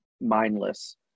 mindless